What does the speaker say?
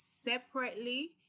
separately